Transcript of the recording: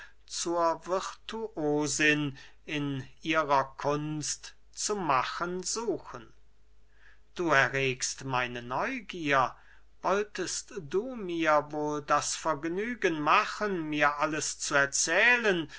zur virtuosin in ihrer kunst zu machen suchen du erregst meine neugier wolltest du mir wohl das vergnügen machen mir alles zu erzählen